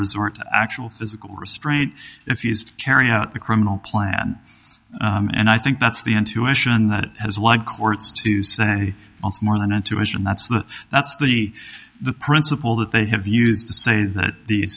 resort actual physical restraint if used carry out the criminal plan and i think that's the intuition that has like courts to send us more than intuition and that's the that's the the principle that they have used to say that the